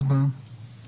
וניגש להצבעה.